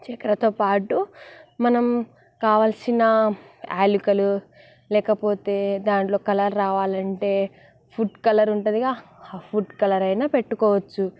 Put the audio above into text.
చక్కరతో పాటు మనం కావాల్సిన యాలకులు లేకపోతే దాంట్లో కలర్ రావాలంటే ఫుడ్ కలర్ ఉంటుందిగా ఆ ఫుడ్ కలరయినా పెట్టుకోవచ్చు